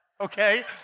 Okay